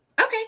Okay